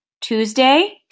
Tuesday